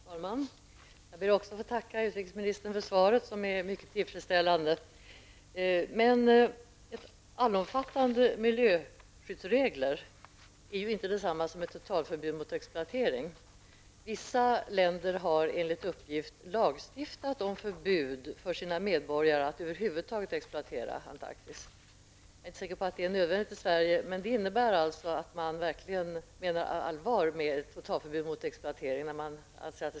Herr talman! Även jag ber att få tacka utrikesministern för svaret, som är mycket tillfredsställande. Allomfattande miljöskyddsregler är emellertid inte detsamma som ett totalförbud mot exploatering. Vissa länder har enligt uppgift lagstiftat om förbud för sina medborgare att över huvud taget exploatera Antarktis. Jag är inte säker på att detta är nödvändigt i Sverige, men att säga att detta skall gälla ens eget land innebär att man verkligen menar allvar med ett totalförbud mot exploatering.